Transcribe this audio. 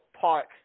Park